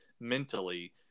mentally